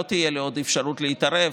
לא תהיה לי עוד אפשרות להתערב,